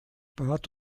bat